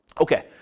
Okay